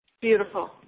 Beautiful